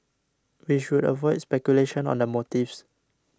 we should avoid speculation on the motives